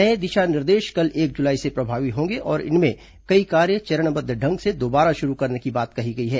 नए दिशा निर्देश कल एक जुलाई से प्रभावी होंगे और इनमें कई कार्य चरणबद्ध ढंग से दोबारा शुरु करने की बात कही गई है